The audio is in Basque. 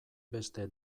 beste